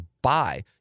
buy